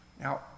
Now